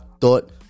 thought